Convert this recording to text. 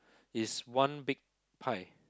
is one big pie